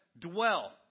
Dwell